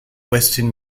western